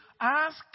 ask